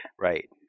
Right